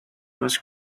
was